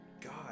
God